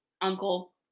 uncle